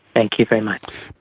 thank you very much.